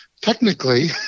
technically